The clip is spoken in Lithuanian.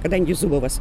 kadangi zubovas